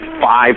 five